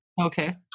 Okay